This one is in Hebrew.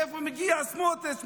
מאיפה מגיע סמוטריץ'?